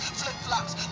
flip-flops